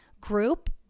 group